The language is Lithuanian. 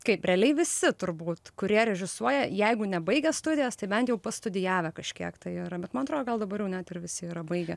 kaip realiai visi turbūt kurie režisuoja jeigu nebaigę studijas tai bent jau pastudijavę kažkiek tai yra bet man atrodo gal dabar net ir visi yra baigę